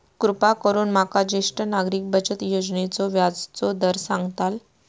कृपा करून माका ज्येष्ठ नागरिक बचत योजनेचो व्याजचो दर सांगताल